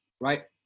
right